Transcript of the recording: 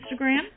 Instagram